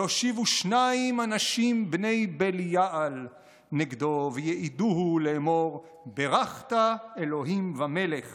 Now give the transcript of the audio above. והושיבו שנים אנשים בני בליעל נגדו ויעדהו לאמר ברכת אלהים ומלך